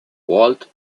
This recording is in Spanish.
walt